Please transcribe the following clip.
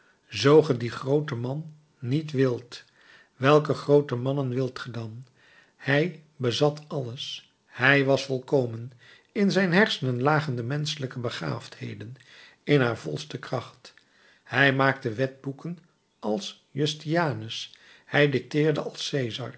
ge dien grooten man niet wilt welke groote mannen wilt ge dan hij bezat alles hij was volkomen in zijn hersenen lagen de menschelijke begaafdheden in haar volste kracht hij maakte wetboeken als justinianus hij dicteerde als